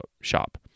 shop